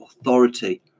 authority